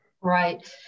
Right